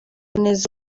neza